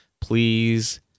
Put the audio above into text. please